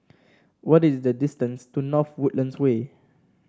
what is the distance to North Woodlands Way